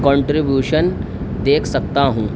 contribution دیکھ سکتا ہوں